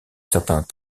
certains